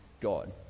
God